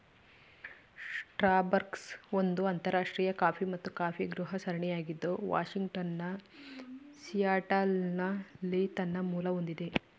Starbucks ಒಂದು ಅಂತರರಾಷ್ಟ್ರೀಯ coffee ಮತ್ತು ಕಾಫಿಗೃಹ ಸರಣಿಯಾಗಿದ್ದು ವಾಷಿಂಗ್ಟನ್ನ ಸಿಯಾಟಲ್ನಲ್ಲಿ ತನ್ನ ಮೂಲ ಹೊಂದಿದೆ